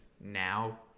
now